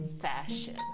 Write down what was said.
fashion